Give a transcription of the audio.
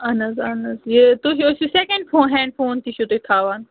اہَن حظ اہَن حظ یہِ تُہۍ ٲسو سٮ۪کنٛڈ فون ہٮ۪نٛڈ فون تہِ چھِو تُہۍ تھاوان